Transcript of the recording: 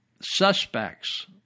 suspects